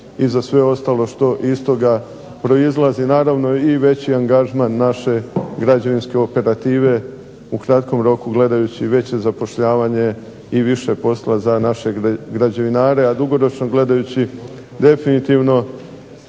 i za sve ostalo što iz toga proizlazi, naravno i veći angažman naše građevinske operative u kratkom roku gledajući veće zapošljavanje i više poslova za naše građevinare, a dugoročno gledajući definitivno